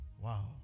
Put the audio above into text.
Wow